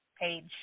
page